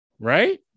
Right